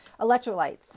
electrolytes